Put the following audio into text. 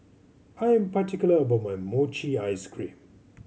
I'm particular about my mochi ice cream